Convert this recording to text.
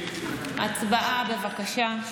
הצבעה, בבקשה.